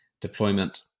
deployment